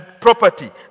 property